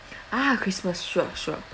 ah christmas sure sure